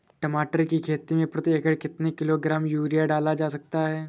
टमाटर की खेती में प्रति एकड़ कितनी किलो ग्राम यूरिया डाला जा सकता है?